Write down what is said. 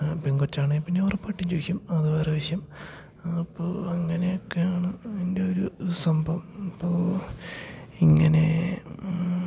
പെങ്കൊച്ചാണെങ്കിൽ പിന്നെ ഉറപ്പായിട്ടും ചോദിക്കും അതു വേറെ വിഷയം അപ്പോൾ അങ്ങനെയൊക്കെയാണ് അതിൻ്റെ ഒരു സംഭവം അപ്പോൾ ഇങ്ങനെ